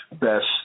best